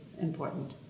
important